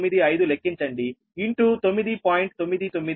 995 లెక్కించండి into 9